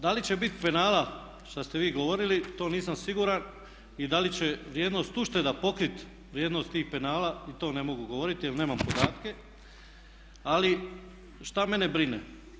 Da li će biti penala šta ste vi govorili to nisam siguran i da li će vrijednost ušteda pokrit vrijednost tih penala i to ne mogu govoriti jer nemam podatke, ali šta mene brine?